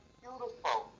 beautiful